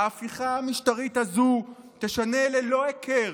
ההפיכה המשטרית הזו תשנה ללא הכר